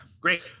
Great